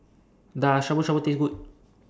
Does Shabu Shabu Taste Good